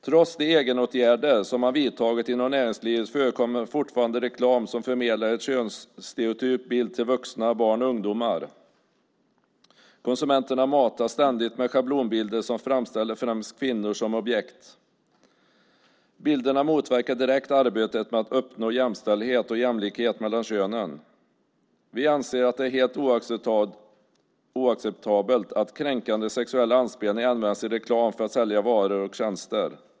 Trots de egenåtgärder som man vidtagit inom näringslivet förekommer fortfarande reklam som förmedlar en könsstereotyp bild till vuxna, barn och ungdomar. Konsumenterna matas ständigt med schablonbilder som framställer främst kvinnor som objekt. Bilderna motverkar direkt arbetet med att uppnå jämställdhet och jämlikhet mellan könen. Vi anser att det är helt oacceptabelt att kränkande sexuella anspelningar används i reklam för att sälja varor och tjänster.